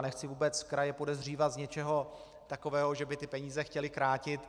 Nechci vůbec kraje podezírat z něčeho takového, že by ty peníze chtěly krátit.